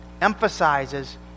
emphasizes